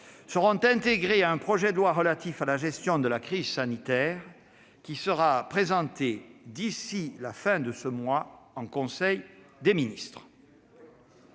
seront intégrées à un projet de loi relatif à la gestion de la crise sanitaire, qui sera présenté d'ici à la fin du mois d'avril en conseil des ministres.